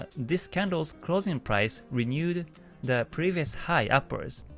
ah this candle's closing price renewed the previous high upwards.